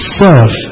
serve